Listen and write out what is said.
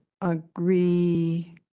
agree